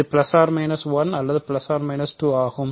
இது ஆகும்